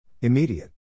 Immediate